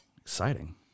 exciting